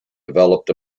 developed